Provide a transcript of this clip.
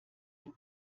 dem